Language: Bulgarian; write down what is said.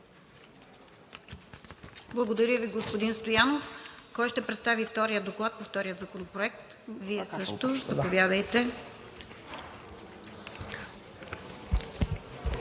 Благодаря Ви, господин Стоянов. Кой ще представи Доклада по втория законопроект? Вие – заповядайте.